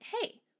hey